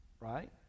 right